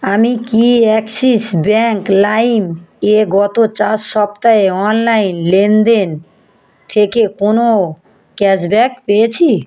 আমি কি অ্যাক্সিস ব্যাঙ্ক লাইম এ গত চার সপ্তায়ে অনলাইন লেনদেন থেকে কোনও ক্যাশব্যাক পেয়েছি